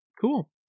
Cool